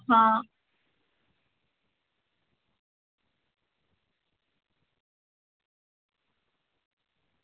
आं